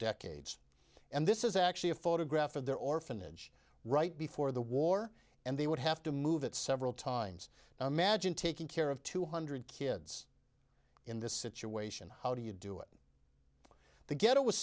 decades and this is actually a photograph of their orphanage right before the war and they would have to move it several times imagine taking care of two hundred kids in this situation how do you do it the ghetto was